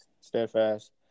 steadfast